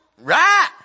right